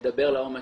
נדבר לעומק.